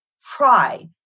try